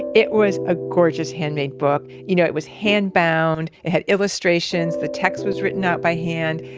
it was a gorgeous handmade book, you know, it was hand-bound. it had illustrations. the text was written out by hand.